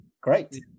great